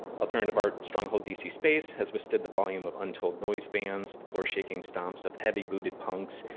alternative art stronghold d c. space has withstood the volume of untold noise bans, the floor shaking storms of heavy-booted punks,